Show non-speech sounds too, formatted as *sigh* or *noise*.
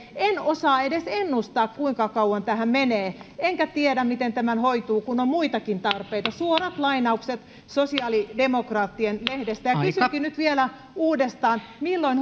en osaa edes ennustaa kuinka kauan tähän menee enkä tiedä miten tämä hoituu kun on muitakin tarpeita suorat lainaukset sosiaalidemokraattien lehdestä kysynkin nyt vielä uudestaan milloin *unintelligible*